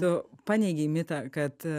tu paneigi mitą kad